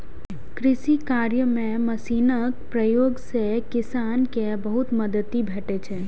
कृषि कार्य मे मशीनक प्रयोग सं किसान कें बहुत मदति भेटै छै